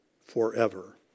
forever